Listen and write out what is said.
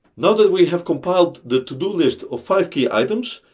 now that we have compiled the to do list of five key items,